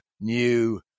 new